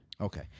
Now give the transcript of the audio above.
Okay